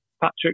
Patrick